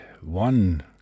one